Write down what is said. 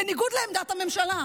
בניגוד לעמדת הממשלה,